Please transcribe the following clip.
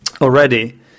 already